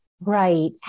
Right